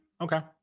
Okay